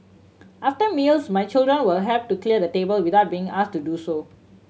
after meals my children will help to clear the table without being asked to do so